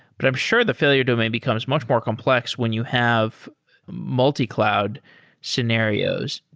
but i'm sure the failure domain becomes much more complex when you have multi-cloud scenarios.